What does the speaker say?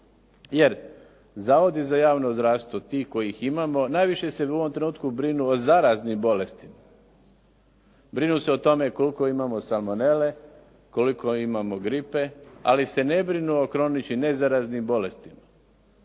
jer zavodi za javno zdravstvo ti kojih imamo, najviše se u ovom trenutku brinu o zaraznim bolestima. Brinu se o tome koliko imamo salmonele, koliko imamo gripe, ali se ne brinu o kroničnim nezaraznim bolestima.